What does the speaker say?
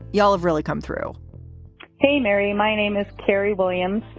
y'all have really come through hey, mary, my name is carrie williams.